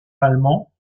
allemands